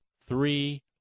three